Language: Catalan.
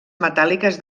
metàl·liques